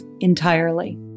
entirely